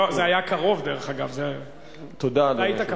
זה היה קרוב, דרך אגב.